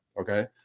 Okay